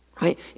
Right